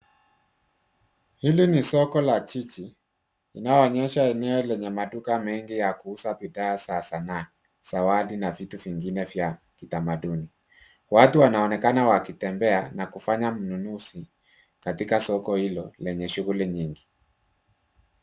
Hili ni soko la jiji inayoonyesha eneo lenye maduka mengi ya kuuza bidhaa za sanaa, zawadi na vitu zingine za utamaduni. Watu wanaonekana wakitembea na kufanya ununuzi katika soko hilo lenye shughuli nyingi.